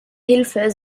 hilfe